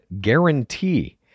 guarantee